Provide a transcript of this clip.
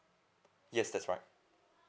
yes that's right